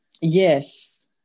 yes